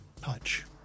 touch